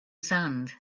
sand